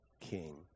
king